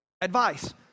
advice